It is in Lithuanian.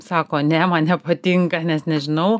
sako ne man nepatinka nes nežinau